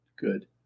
good